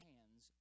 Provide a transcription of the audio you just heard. Hands